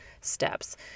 steps